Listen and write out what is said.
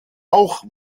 auch